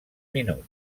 minut